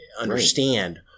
understand